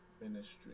ministry